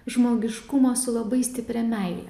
žmogiškumo su labai stipria meile